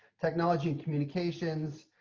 technology and communications.